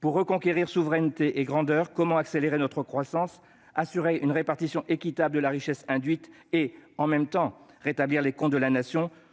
Pour reconquérir souveraineté et grandeur, comment accélérer notre croissance, assurer une répartition équitable de la richesse induite et rétablir en même temps les comptes de la Nation ?